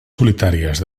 solitàries